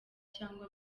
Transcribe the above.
cyangwa